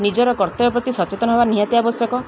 ନିଜର କର୍ତ୍ତବ୍ୟ ପ୍ରତି ସଚେତନ ହେବା ନିହାତି ଆବଶ୍ୟକ